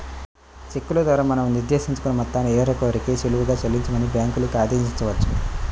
చెక్కుల ద్వారా మనం నిర్దేశించుకున్న మొత్తాన్ని వేరొకరికి సులువుగా చెల్లించమని బ్యాంకులకి ఆదేశించవచ్చు